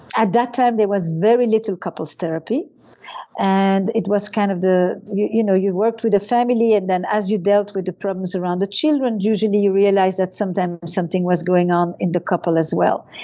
at that time there was very little couples' therapy and it was kind of you you know you work with the family and then as you dealt with the problems around the children usually you realize that sometimes something was going on in the couple as well.